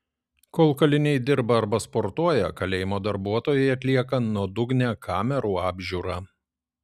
kol kaliniai dirba arba sportuoja kalėjimo darbuotojai atlieka nuodugnią kamerų apžiūrą